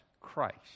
Christ